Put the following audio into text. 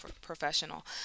professional